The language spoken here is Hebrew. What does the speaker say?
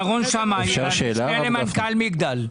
ירון שמאי, המשנה למנכ"ל מגדל.